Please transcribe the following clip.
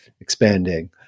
Expanding